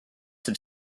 have